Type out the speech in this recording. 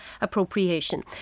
appropriation